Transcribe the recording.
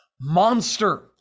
monster